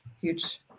huge